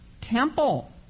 Temple